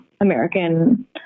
American